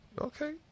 Okay